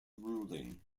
ruling